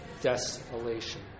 desolation